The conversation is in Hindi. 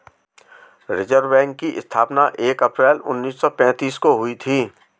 रिज़र्व बैक की स्थापना एक अप्रैल उन्नीस सौ पेंतीस को हुई थी